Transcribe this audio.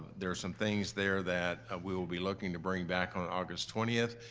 there are some things there that we will be looking to bring back on august twenty.